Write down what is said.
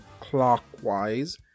clockwise